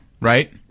right